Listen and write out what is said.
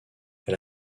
elle